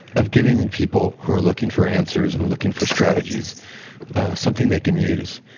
of giving people who are looking for answers and looking for strategies something they can use.